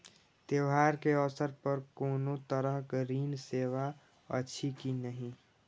त्योहार के अवसर पर कोनो तरहक ऋण सेवा अछि कि नहिं?